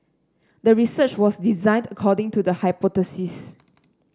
the research was designed according to the hypothesis